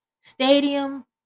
Stadium